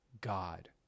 God